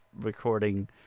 recording